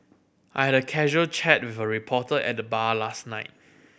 I had a casual chat with a reporter at the bar last night